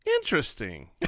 interesting